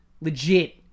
legit